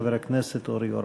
חבר הכנסת אורי אורבך.